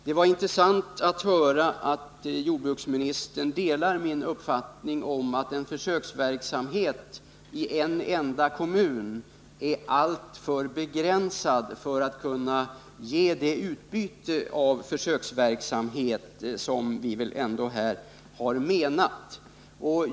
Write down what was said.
Det var intressant att höra att jordbruksministern delar min uppfattning om att en försöksverksamhet i en enda kommun är alltför begränsad för att kunna ge det utbyte som vi har tänkt oss.